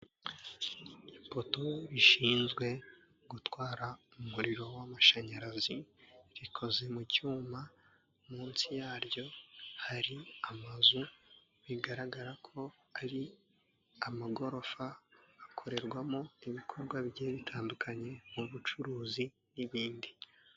Ipoto rishinzwe gutwara umuriro w'amashanyarazi rikoze mu cyuma, munsi yaryo hari amazu bigaragara ko ari amagorofa akorerwamo ibikorwa bigiye bitandukanye mu bucuruzi n'ibindi.